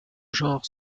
genre